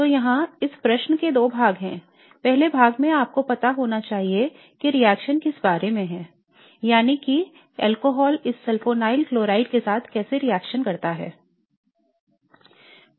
तो यहाँ इस प्रश्न के दो भाग हैं पहले भाग में आपको पता होना चाहिए कि रिएक्शन किस बारे मैं है यानी कि अल्कोहल इस सल्फोनील क्लोराइड के साथ कैसे रिएक्शन करता है